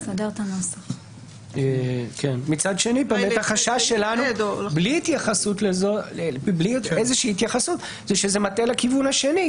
מצד שני החשש שלנו בלי התייחסות לזה הוא שזה מטעה לכיוון השני.